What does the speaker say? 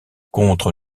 contre